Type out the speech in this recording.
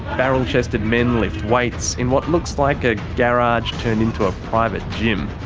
barrel-chested men lift weights in what looks like a garage turned into a private gym.